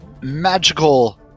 magical